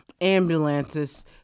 ambulances